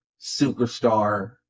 superstar